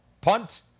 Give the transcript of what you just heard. punt